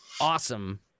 awesome